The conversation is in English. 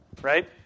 right